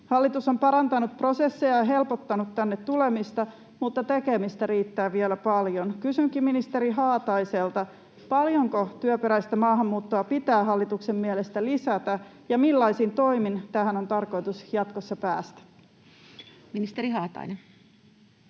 Hallitus on parantanut prosesseja ja helpottanut tänne tulemista, mutta tekemistä riittää vielä paljon. Kysynkin ministeri Haataiselta: paljonko työperäistä maahanmuuttoa pitää hallituksen mielestä lisätä ja millaisin toimin tähän on tarkoitus jatkossa päästä? Ministeri Haatainen.